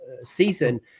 season